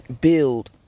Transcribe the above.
build